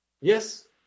Yes